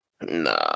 No